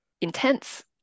intense